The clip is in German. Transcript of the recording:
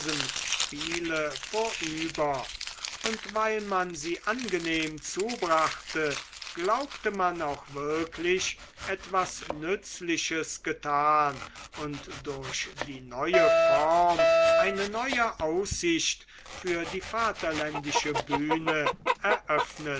spiele vorüber und weil man sie angenehm zubrachte glaubte man auch wirklich etwas nützliches getan und durch die neue form eine neue aussicht für die vaterländische bühne eröffnet